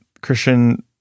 Christian